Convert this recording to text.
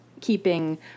keeping